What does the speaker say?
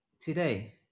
today